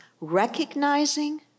Recognizing